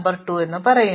ണ്ടർ വർദ്ധിപ്പിക്കും